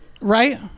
right